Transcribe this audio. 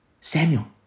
Samuel